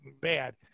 bad